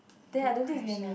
then I don't think it's Nemmy